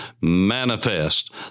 manifest